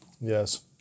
Yes